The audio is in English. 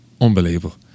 unbelievable